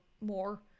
more